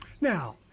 now